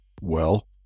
Well